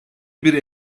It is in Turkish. bir